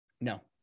no